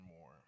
more